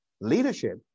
Leadership